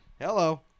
hello